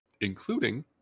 including